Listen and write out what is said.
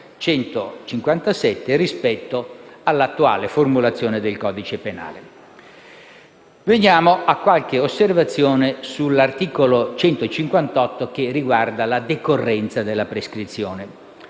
157 rispetto all'attuale formulazione del codice penale. Passiamo a fare qualche osservazione sull'articolo 158, che riguarda la decorrenza della prescrizione.